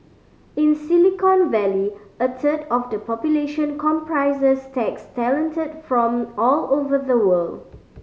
in Silicon Valley a third of the population comprises techs talented from all over the world